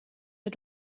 der